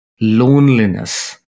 loneliness